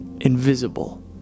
invisible